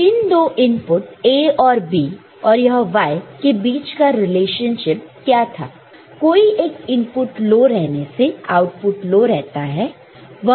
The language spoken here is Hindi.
तो इन दो इनपुट A और B और यह Y के बीच का रिलेशनशिप क्या था कोई एक इनपुट लो रहने से आउटपुट लो रहता है